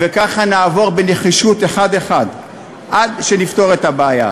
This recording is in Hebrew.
וככה נעבור בנחישות אחד-אחד עד שנפתור את הבעיה.